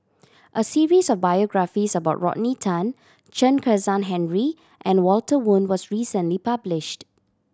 a series of biographies about Rodney Tan Chen Kezhan Henri and Walter Woon was recently published